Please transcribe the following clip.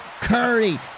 curry